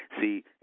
See